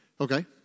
Okay